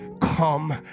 come